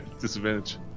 Disadvantage